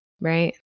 right